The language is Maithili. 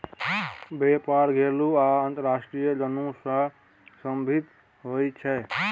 बेपार घरेलू आ अंतरराष्ट्रीय दुनु सँ संबंधित होइ छै